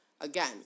Again